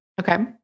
Okay